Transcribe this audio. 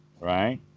right